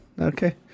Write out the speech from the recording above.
Okay